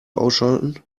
ausschalten